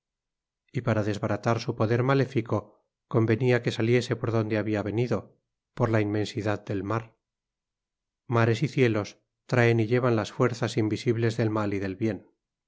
y para desbaratar su poder maléfico convenía que saliese por donde había venido por la inmensidad del mar mares y cielos traen y llevan las fuerzas invisibles del mal y del bien